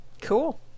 Cool